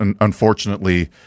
unfortunately